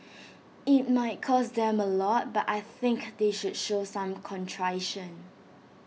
IT might cost them A lot but I think they should show some contrition